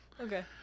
okay